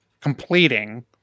completing